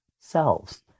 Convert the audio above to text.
selves